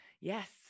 yes